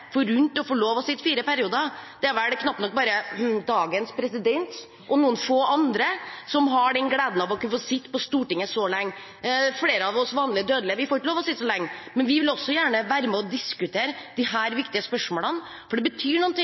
vel bare dagens president og noen få andre som har gleden av å kunne få sitte på Stortinget så lenge. Flere av oss vanlige dødelige får ikke lov til å sitte så lenge, men vi vil også gjerne være med og diskutere disse viktige spørsmålene. Det betyr noe hvordan vi forvalter havområdene våre, det betyr